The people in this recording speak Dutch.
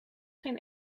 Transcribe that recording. geen